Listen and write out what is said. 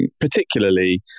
particularly